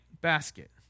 basket